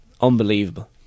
unbelievable